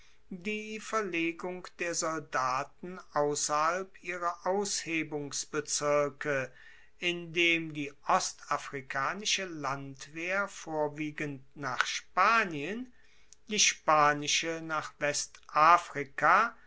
die verlegung der soldaten ausserhalb ihrer aushebungsbezirke indem die ostafrikanische landwehr vorwiegend nach spanien die spanische nach westafrika